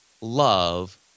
love